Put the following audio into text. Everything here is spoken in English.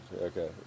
Okay